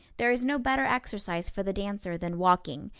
there is no better exercise for the dancer than walking,